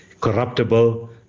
corruptible